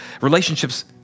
relationships